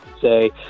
say